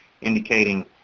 indicating